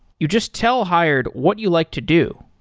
you just tell hired what you like to do,